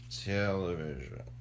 Television